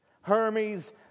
Hermes